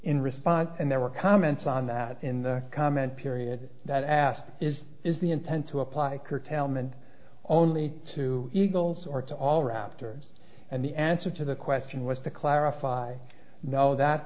in response and there were comments on that in the comment period that asked is is the intent to apply curtailment only to eagles or to all raptors and the answer to the question was to clarify no that